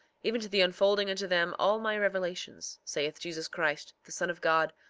even to the unfolding unto them all my revelations, saith jesus christ, the son of god,